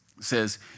Says